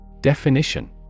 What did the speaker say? Definition